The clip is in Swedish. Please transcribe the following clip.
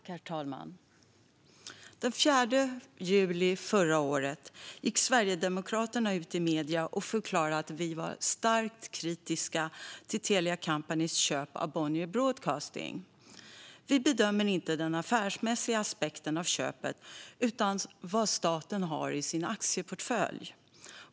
Herr talman! Den 4 juli förra året gick Sverigedemokraterna ut i medierna och förklarade att vi var starkt kritiska till Telia Companys köp av Bonnier Broadcasting. Vi bedömer inte den affärsmässiga aspekten av köpet utan vad staten har i sin aktieportfölj.